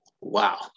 Wow